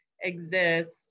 exist